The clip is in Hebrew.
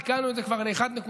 עדכנו את זה כבר ל-1.3%,